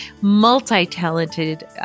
multi-talented